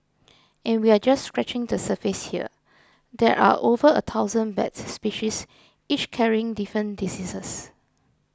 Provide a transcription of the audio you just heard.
and we're just scratching the surface here there are over a thousand bat species each carrying different diseases